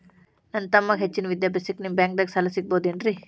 ನನ್ನ ತಮ್ಮಗ ಹೆಚ್ಚಿನ ವಿದ್ಯಾಭ್ಯಾಸಕ್ಕ ನಿಮ್ಮ ಬ್ಯಾಂಕ್ ದಾಗ ಸಾಲ ಸಿಗಬಹುದೇನ್ರಿ?